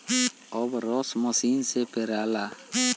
अब रस मसीन से पेराला